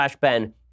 ben